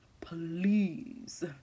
please